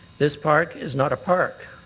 this park is not a park,